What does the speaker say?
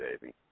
baby